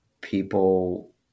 people